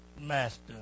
Master